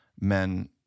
men